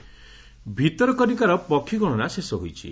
ପକ୍ଷୀ ଗଣନା ଭିତରକନିକାର ପକ୍ଷୀ ଗଣନା ଶେଷ ହୋଇଛି